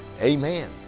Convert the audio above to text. Amen